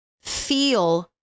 feel